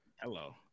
Hello